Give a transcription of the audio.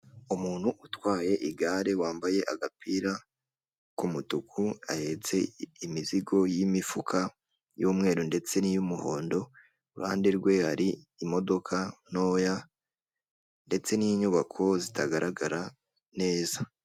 Umuntu utwaye igare wambaye agapira k'umutuku ahetse imizigo y'imifuka y'umweru ndetse n'iyo umuhondo, iruhande rwe hari imodoka ntoya ndetse n'inyubako zitagaragara neza.